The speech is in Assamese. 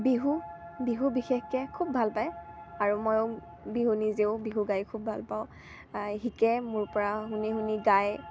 বিহু বিহু বিশেষকে খুব ভাল পায় আৰু ময়ো বিহু নিজেও বিহু গাই খুব ভাল পাওঁ শিকে মোৰ পৰা শুনি শুনি গাই